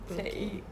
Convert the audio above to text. okay